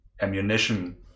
ammunition